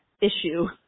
issue